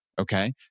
okay